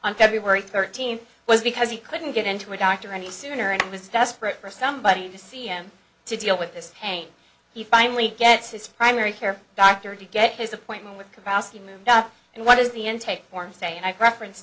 on february thirteenth was because he couldn't get into a doctor any sooner and was desperate for somebody to see him to deal with this pain he finally gets his primary care doctor to get his appointment with capacity moved up and what is the intake form say i've reference